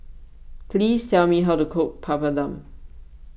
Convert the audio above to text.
please tell me how to cook Papadum